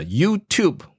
YouTube